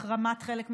בהחרמת חלק מהדיונים,